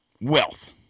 wealth